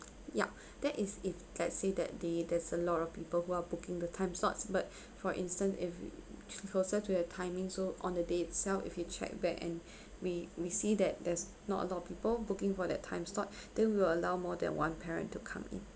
ya that is if let's say that they there's a lot of people who are booking the time slots but for instance if closer to your timing so on the day itself if you check back and we we see that there's not a lot of people booking for that time slot then we'll allow more than one parent to come in